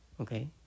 Okay